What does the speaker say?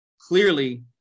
clearly